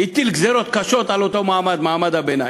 הטיל גזירות קשות על אותו מעמד, מעמד הביניים.